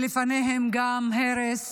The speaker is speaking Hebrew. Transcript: ולפניהם גם ההרס